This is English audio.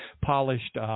polished